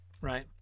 right